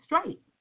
straight